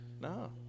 no